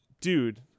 dude